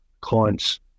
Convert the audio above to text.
clients